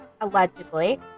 allegedly